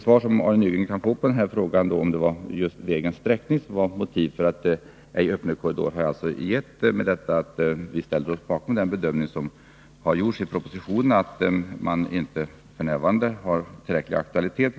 Svaret på Arne Nygrens fråga om huruvida det var just vägens sträckning som var motivet för att inte avsätta en vägkorridor är alltså att vi har ställt oss bakom den bedömning som gjorts i propositionen, dvs. att detta projekt f. n. inte har tillräcklig aktualitet.